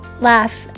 laugh